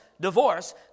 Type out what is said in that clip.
divorce